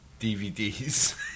DVDs